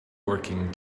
working